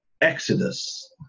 Exodus